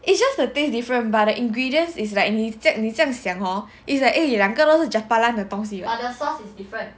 it's just the taste different by the ingredients is like you need 你这样你这样想 hor is like eh 一两个都是 japalang 的东西